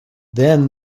then